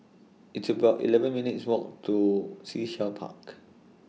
It's about eleven minutes' Walk to Sea Shell Park